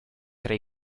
tra